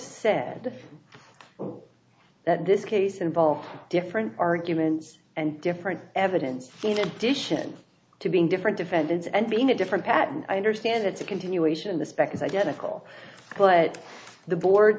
said that this case involved different arguments and different evidence in addition to being different defendants and being a different patent i understand it's a continuation of the spec is identical but the board